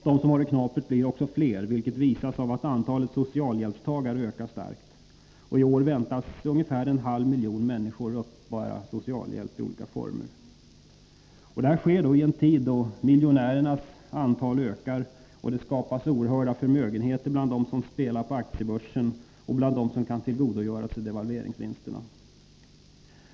De som har det knapert blir också fler, vilket visas socialhjälpstagare ökar starkt, och i år väntas ungefär en halv miljon människor uppbära socialhjälp i olika former. Detta sker i en tid då miljonärernas antal ökar, och det skapas oerhörda förmögenheter bland dem som spelar på aktiebörsen och bland dem som kan tillgodogöra sig devalveringsvinsterna.